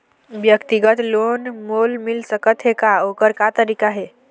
व्यक्तिगत लोन मोल मिल सकत हे का, ओकर का तरीका हे?